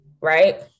Right